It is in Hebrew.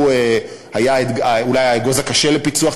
שהוא היה אולי האגוז הקשה לפיצוח,